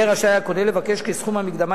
יהיה רשאי הקונה לבקש כי סכום המקדמה